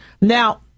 Now